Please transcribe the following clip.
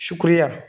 شکریہ